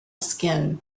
skin